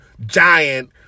giant